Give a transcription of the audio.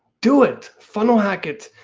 do it, funnel hack it,